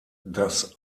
das